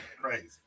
crazy